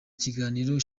kiganiro